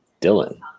Dylan